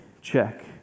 check